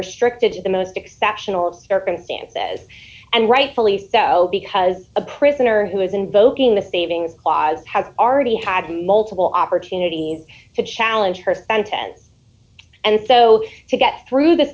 restricted to the most exceptional circumstances and rightfully so because a prisoner who is invoking the saving clause has already had multiple opportunities to challenge her sentence and so to get through the